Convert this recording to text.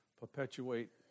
perpetuate